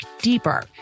deeper